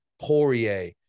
Poirier